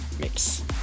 mix